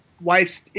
wife's